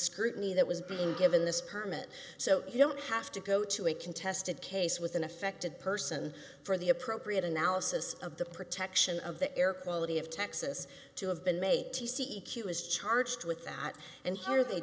neither was being given this permit so you don't have to go to a contested case with an affected person for the appropriate analysis of the protection of the air quality of texas to have been made to c e q is charged with that and whether they